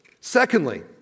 Secondly